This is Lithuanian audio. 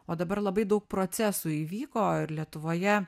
o dabar labai daug procesų įvyko ir lietuvoje